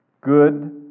Good